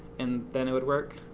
and then it would work,